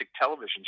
television